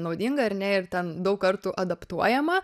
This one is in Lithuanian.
naudinga ar ne ir ten daug kartų adaptuojama